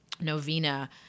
Novena